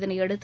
இதனையடுத்து